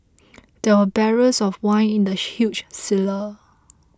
there were barrels of wine in the huge cellar